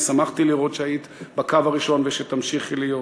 ושמחתי לראות שהיית בקו הראשון ושתמשיכי להיות.